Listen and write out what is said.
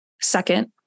Second